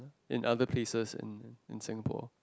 in other places in in Singapore